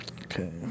Okay